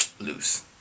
Loose